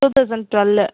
two thousand twelve